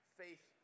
faith